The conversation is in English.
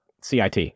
CIT